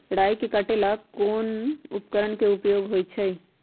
राई के काटे ला कोंन उपकरण के उपयोग होइ छई?